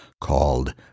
called